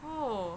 oh